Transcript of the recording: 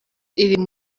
iri